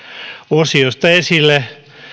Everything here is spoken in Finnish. osiosta esille